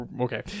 okay